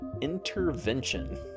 intervention